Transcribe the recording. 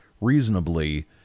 reasonably